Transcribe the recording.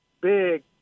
big